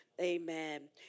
Amen